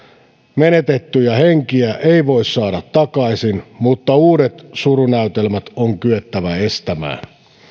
menetettyjä henkiä ei voi saada takaisin mutta uudet surunäytelmät on kyettävä estämään